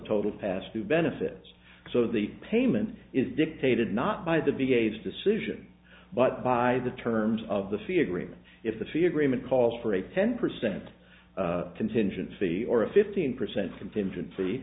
total passed to benefits so the payment is dictated not by the big age decision but by the terms of the fee agreement if the fear agreement calls for a ten percent contingency or a fifteen percent contingency